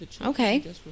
okay